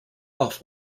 off